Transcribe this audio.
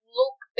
look